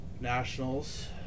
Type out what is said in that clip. nationals